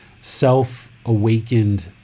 self-awakened